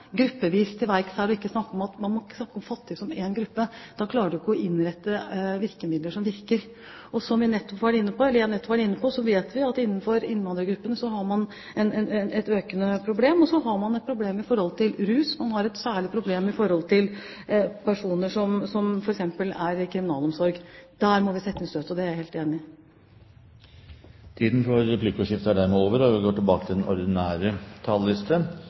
gruppevis til verks her, man må ikke snakke om fattige som én gruppe, da klarer du ikke å innrette virkemidler som virker. Og som jeg nettopp var inne på, vet vi at innenfor innvandrergruppene har man et økende problem, og så har man et problem når det gjelder rus, og man har et særlig problem når det gjelder personer som f.eks. er under kriminalomsorg. Der må vi sette inn støtet – det er jeg helt enig i. Replikkordskiftet er over. La meg først si at jeg faktisk synes det er ganske oppsiktsvekkende at statsråden sier at vi